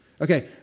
Okay